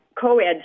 co-ed